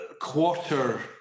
quarter